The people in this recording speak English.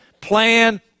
plan